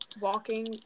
walking